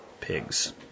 pigs